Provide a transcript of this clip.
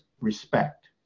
respect